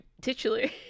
titular